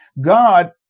God